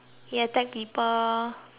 ple